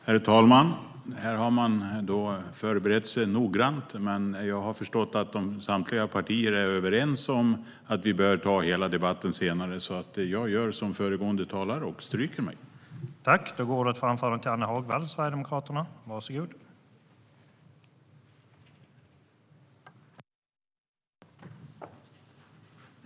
Herr talman! Här har man förberett sig noggrant. Men jag har förstått att samtliga partier är överens om att vi bör ta hela debatten senare, så jag gör som föregående talare och avstår från vidare debatt.